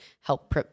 help